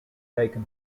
taken